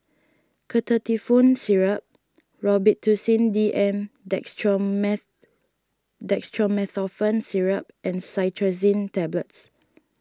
Ketotifen Syrup Robitussin D M Dextromethorphan Syrup and Cetirizine Tablets